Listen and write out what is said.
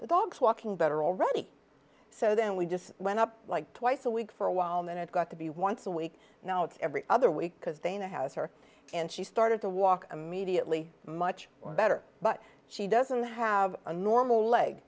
the dog's walking better already so then we just went up like twice a week for a while and then it got to be once a week now it's every other week because they know has her and she started to walk immediately much better but she doesn't have a normal leg